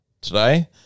today